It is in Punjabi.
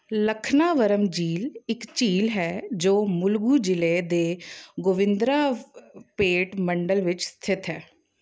ਲਖਨਾਵਰਮ ਝੀਲ ਇੱਕ ਝੀਲ ਹੈ ਜੋ ਮੁਲੁਗੂ ਜ਼ਿਲ੍ਹੇ ਦੇ ਗੋਵਿੰਦਰਾ ਪੇਟ ਮੰਡਲ ਵਿੱਚ ਸਥਿਤ ਹੈ